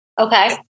Okay